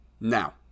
now